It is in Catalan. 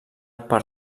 per